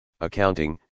accounting